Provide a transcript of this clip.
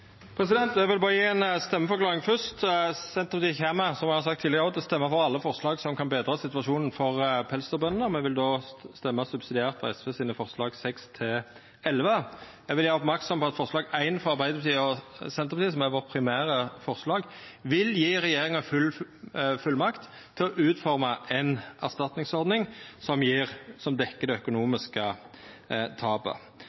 Eg vil berre gje ei stemmeforklaring fyrst. Senterpartiet kjem, som eg har sagt tidlegare òg, til å stemma for alle forslag som kan betra situasjonen for pelsdyrbøndene. Me vil då stemma subsidiært for SV sine forslag nr. 6–11. Eg vil gjera oppmerksam på at forslag nr. 1, frå Arbeidarpartiet og Senterpartiet, som er vårt primære forslag, vil gje regjeringa fullmakt til å utforma ei erstatningsordning som dekkjer det økonomiske tapet. Me kjem ikkje til å støtta forslaget frå regjeringspartia. Me fryktar at det